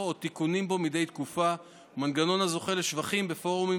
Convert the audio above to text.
או תיקונים בו מדי תקופה הוא מנגנון הזוכה לשבחים בפורומים